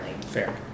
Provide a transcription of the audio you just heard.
Fair